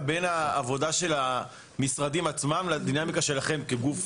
בין העבודה של המשרדים עצמם לבין הדינמיקה שלכם כגוף